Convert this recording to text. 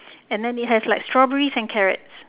and then it has like strawberries and carrots